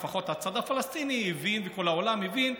לפחות הצד הפלסטיני הבין וכל העולם הבין,